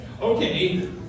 Okay